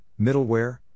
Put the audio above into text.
middleware